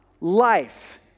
life